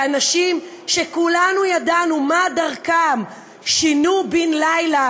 ואנשים שכולנו ידענו מה דרכם שינו בן לילה,